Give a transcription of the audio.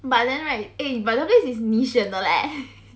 but then right eh but the place is 你选的 leh